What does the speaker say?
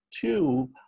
two